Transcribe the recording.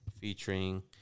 featuring